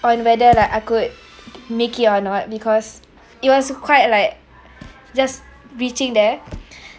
on whether like I could make it or not because it was quite like just reaching there